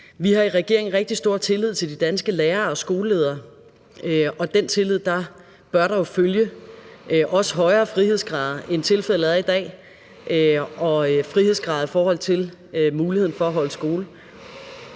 Vi har i regeringen rigtig stor tillid til de danske lærere og skoleledere, og af den tillid bør der jo følge højere frihedsgrader, end tilfældet er i dag, i forhold til muligheden for at drive skole.